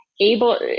able